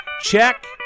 Check